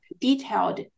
detailed